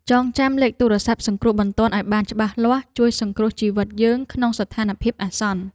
ចងចាំលេខទូរស័ព្ទសង្គ្រោះបន្ទាន់ឱ្យបានច្បាស់លាស់ជួយសង្គ្រោះជីវិតយើងក្នុងស្ថានភាពអាសន្ន។